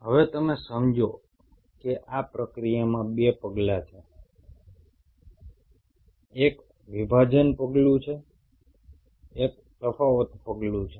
હવે તમે સમજો છો કે આ પ્રક્રિયામાં બે પગલાં છે ત્યાં એક વિભાજન પગલું છે એક તફાવત પગલું છે